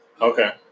okay